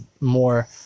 more